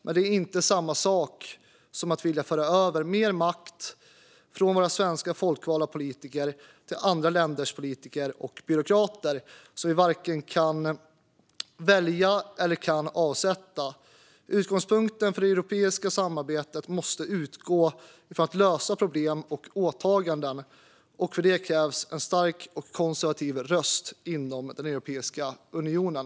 Det är dock inte samma sak som att vilja föra över mer makt från svenska folkvalda politiker till andra länders politiker och byråkrater, som vi varken kan välja eller kan avsätta. Utgångspunkten för det europeiska samarbetet måste vara att lösa problem och klara av åtaganden, och för det krävs en stark konservativ röst inom Europeiska unionen.